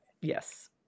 Yes